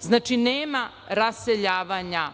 Znači, nema raseljavanja.